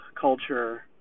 culture